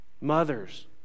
Mothers